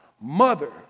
mother